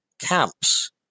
camps